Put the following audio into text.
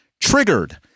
triggered